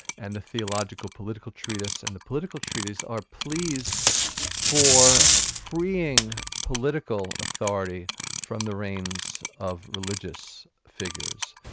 and the theological political treatise and the political treatise are pleas for freeing political authority from the reins of religious figures.